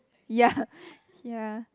ya ya